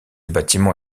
bâtiment